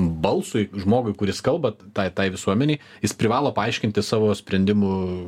balsui žmogui kuris kalba tai tai visuomenei jis privalo paaiškinti savo sprendimų